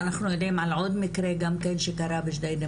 אנחנו יודעים על עוד מקרה שקרה בג'דיידה